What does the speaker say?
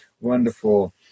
Wonderful